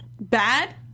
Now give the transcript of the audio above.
bad